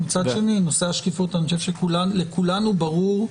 מצד שני, אני חושב שלכולנו ברור,